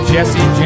Jesse